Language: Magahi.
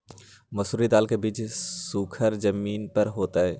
मसूरी दाल के बीज सुखर जमीन पर होतई?